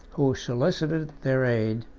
who solicited their aid,